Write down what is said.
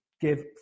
give